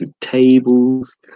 tables